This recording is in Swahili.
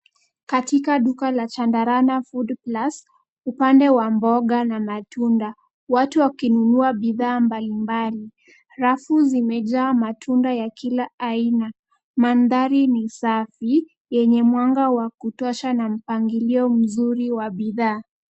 Katika duka la Chandarana FoodPlus upande wa mboga na matunda. Watu wakinunua bidhaa mbalimbali, rafu zimejaa matunda ya kila aina. Mandhari ni safi, yenye mwanga wa kutosha na mpangilio mzuri wa bidhaa.